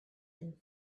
and